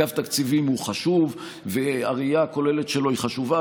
אגף תקציבים הוא חשוב והראייה הכוללת שלו היא חשובה,